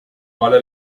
kuala